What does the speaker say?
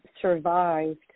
survived